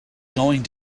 going